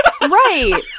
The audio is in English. Right